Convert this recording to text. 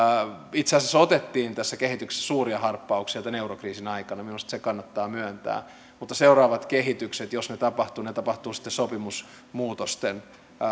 itse asiassa tässä kehityksessä otettiin suuria harppauksia tämän eurokriisin aikana minusta se kannattaa myöntää mutta seuraavat kehitykset jos ne tapahtuvat tapahtuvat sitten sopimusmuutosten